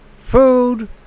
food